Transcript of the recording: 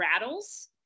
rattles